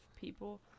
people